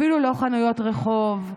אפילו לא חנויות רחוב,